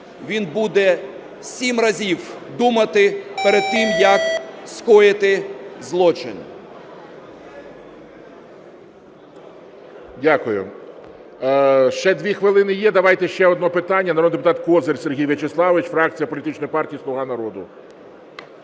він буде сім разів думати перед тим, як скоїти злочин. ГОЛОВУЮЧИЙ. Дякую. Ще дві хвилини є, давайте ще одне питання. Народний депутат Козир Сергій В'ячеславович, фракція політичної партії "Слуга народу".